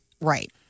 Right